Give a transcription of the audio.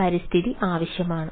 പരിസ്ഥിതി ആവശ്യമാണ്